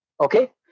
Okay